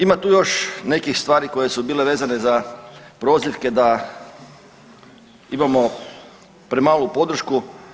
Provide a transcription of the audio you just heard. Ima tu još nekih stvari koje su bile vezane za prozivke da imamo premalu podršku.